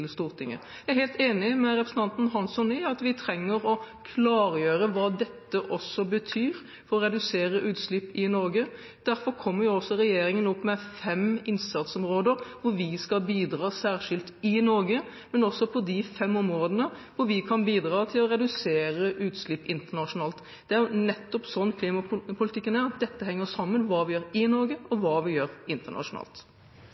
Stortinget. Jeg er helt enig med representanten Hansson i at vi trenger å klargjøre hva dette betyr for å redusere utslipp i Norge. Derfor kommer regjeringen opp med fem innsatsområder hvor vi skal bidra særskilt i Norge, men også hvor vi kan bidra til å redusere utslipp internasjonalt. Det er nettopp sånn klimapolitikken er, at dette henger sammen: hva vi gjør i Norge og hva vi gjør internasjonalt.